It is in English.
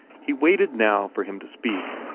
he waited now for him to speak,